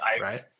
right